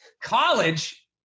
College